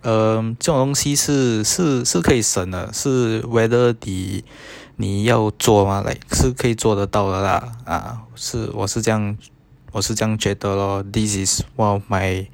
um 这种东西是是是可以省的是 whether 你你要做吗 like 是可以做得到来的 lah uh 是我是这样我是这样觉得 loh this is one of my